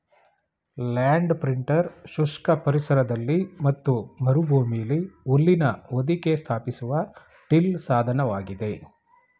land printer ಶುಷ್ಕ ಪರಿಸರದಲ್ಲಿ ಮತ್ತು ಮರುಭೂಮಿಲಿ ಹುಲ್ಲಿನ ಹೊದಿಕೆ ಸ್ಥಾಪಿಸುವ ಟಿಲ್ ಸಾಧನವಾಗಿದೆ